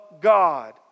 God